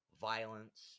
violence